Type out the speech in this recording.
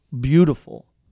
beautiful